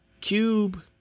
Cube